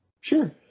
sure